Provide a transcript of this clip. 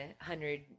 hundred